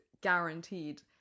guaranteed